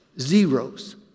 zeros